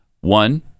One